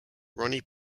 ronnie